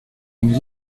and